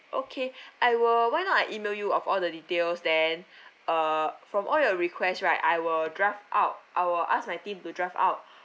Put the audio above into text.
okay I will why not I email you of all the details then uh from all your request right I will draft out I will ask my team to draft out